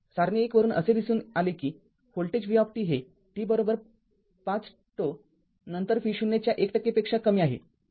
सारणी १ वरून असे दिसून आले किव्होल्टेज v हे t ५ ζ नंतर v0 च्या १ टक्केपेक्षा कमी आहे